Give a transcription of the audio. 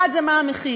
1. מה המחיר?